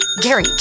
Gary